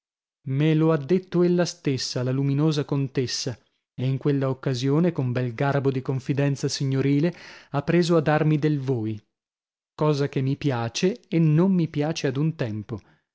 me lo ha detto ella stessa la luminosa contessa e in quella occasione con bel garbo di confidenza signorile ha preso a darmi del voi cosa che mi piace e non mi piace ad un tempo